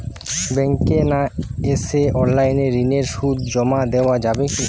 ব্যাংকে না এসে অনলাইনে ঋণের সুদ জমা দেওয়া যাবে কি?